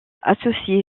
associer